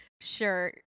Sure